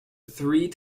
three